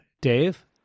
Dave